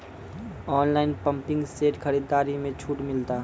Online pumping set खरीदारी मे छूट मिलता?